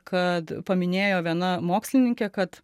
kad paminėjo viena mokslininkė kad